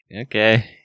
Okay